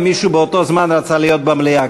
אם מישהו באותו זמן רצה להיות במליאה.